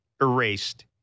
erased